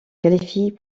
qualifient